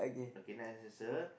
okay next answer